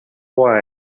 why